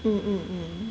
mm mm mm